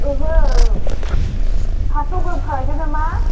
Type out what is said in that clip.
ओहो फासस' ग्रोब खालायदो नामा